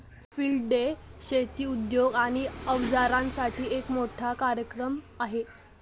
field day शेती उद्योग आणि अवजारांसाठी एक मोठा कार्यक्रम आहे